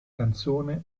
canzone